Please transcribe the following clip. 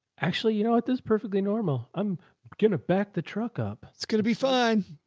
actually, you know, at this perfectly normal, i'm going to back the truck up. it's going to be fine.